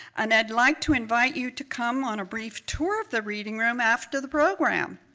and i'd like to invite you to come on a brief tour of the reading room after the program.